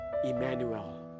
emmanuel